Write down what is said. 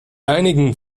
einigen